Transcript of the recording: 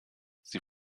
sie